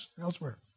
elsewhere